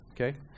okay